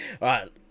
right